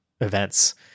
events